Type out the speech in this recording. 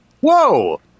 Whoa